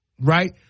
right